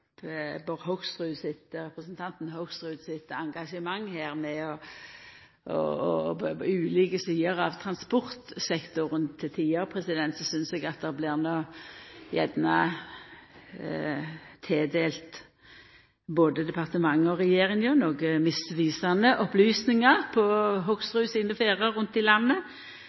Bård Hoksrud sitt engasjement når det gjeld ulike sider av transportsektoren. Til tider synest eg at både departementet og regjeringa blir tildelte noko misvisande opplysningar frå Hoksrud på hans ferder rundt omkring i landet,